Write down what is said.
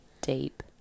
deep